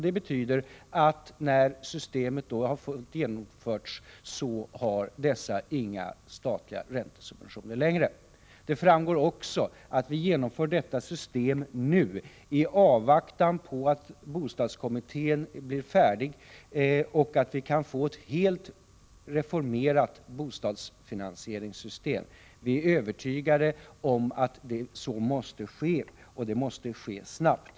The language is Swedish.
Det betyder att inte några statliga subventioner kommer att utgå sedan systemet är helt genomfört. Av reservationen framgår också att vi vill genomföra detta system nu, i avvaktan på att bostadskommittén blir färdig med sitt arbete så att vi kan få ett helt reformerat bostadsfinansieringssystem. Vi är övertygade om att så måste ske, och det måste ske snabbt.